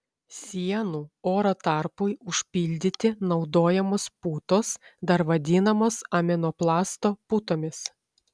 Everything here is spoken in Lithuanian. sienų oro tarpui užpildyti naudojamos putos dar vadinamos aminoplasto putomis